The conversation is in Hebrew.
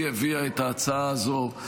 היא הביאה את ההצעה הזו.